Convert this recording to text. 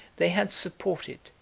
they had supported,